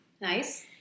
Nice